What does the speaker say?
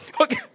Okay